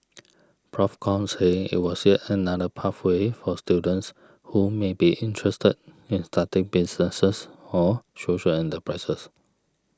Prof Kong said it was yet another pathway for students who may be interested in starting businesses or social enterprises